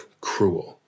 cruel